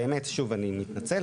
אני מתנצל,